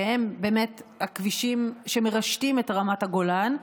שהם באמת הכבישים שמרשתים את רמת הגולן,